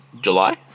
July